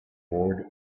ward